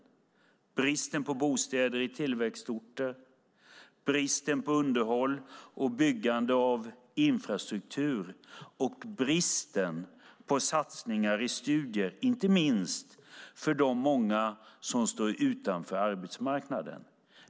Jag tänker på bristen på bostäder i tillväxtorter, bristen på underhåll och byggande av infrastruktur och bristen på satsningar i fråga om studier, inte minst för de många som står utanför arbetsmarknaden.